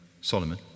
Solomon